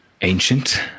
ancient